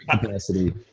capacity